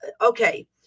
Okay